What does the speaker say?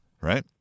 right